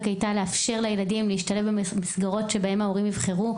הייתה לאפשר לילדים להשתלב במסגרות שבהן ההורים יבחרו,